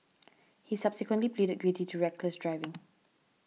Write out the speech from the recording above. he subsequently pleaded guilty to reckless driving